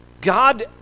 God